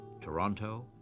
Toronto